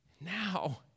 now